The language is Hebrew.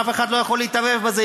ואף אחד לא יכול להתערב בזה,